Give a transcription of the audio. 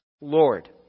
Lord